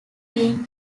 being